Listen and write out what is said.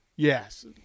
Yes